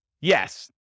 Yes